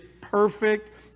perfect